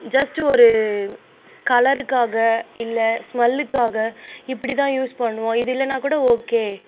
just ஒரு கலருக்காக இல்லை ஸ்மெல்லுக்காக இப்படி தான் யூஸ் பண்ணுவோம் இது இல்லைன்னாக்கூட ஓகே